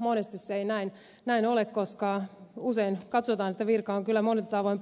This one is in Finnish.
monesti se ei näin ole koska usein katsotaan että virka on kyllä monin tavoin